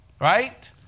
Right